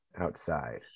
outside